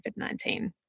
COVID-19